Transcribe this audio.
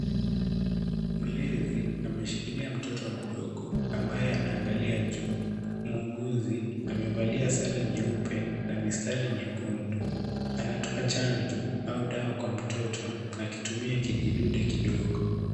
Mlevi ameshikilia mtoto mdogo ambaye anaangalia juu. Mhuguzi amevalia sare nyeupe na mistari nyekundu. Anatoa chanjo au dawa kwa mtoto akitumia kijidude kidogo.